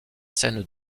scènes